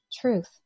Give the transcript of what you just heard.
truth